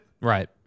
Right